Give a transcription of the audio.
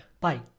Bye